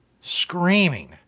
Screaming